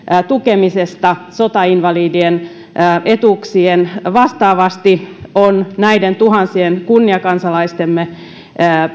tukemisesta sotainvalidien etuuksia vastaavasti on näiden tuhansien kunniakansalaistemme